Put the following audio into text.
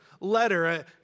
letter